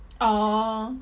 oh